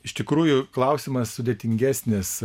iš tikrųjų klausimas sudėtingesnis